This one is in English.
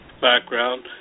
background